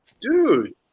Dude